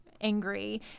angry